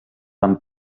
van